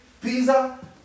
pizza